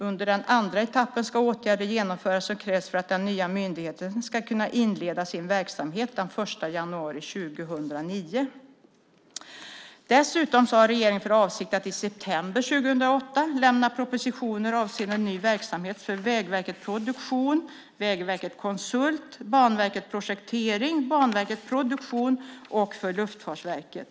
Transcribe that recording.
Under den andra etappen ska åtgärder genomföras som krävs för att den nya myndigheten ska kunna inleda sin verksamhet den 1 januari 2009. Dessutom har regeringen för avsikt att i september 2008 lämna propositioner avseende en ny verksamhet för Vägverket Produktion, Vägverket Konsult, Banverket Projektering, Banverket Produktion och Luftfartsverket.